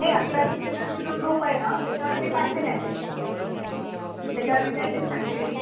नाही आपल्या शिक्षकांचा जो ग्रुप आहे ना त्याच्यावर मी टाकते मॅसेज त्याच्यावर मी मॅसेज टाकते